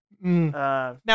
Now